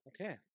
Okay